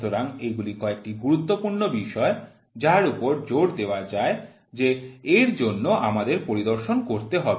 সুতরাং এগুলি কয়েকটি গুরুত্বপূর্ণ বিষয় যার উপর জোর দেওয়া যায় যে এর জন্য আমাদের পরিদর্শন করতে হবে